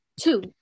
Two